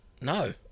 No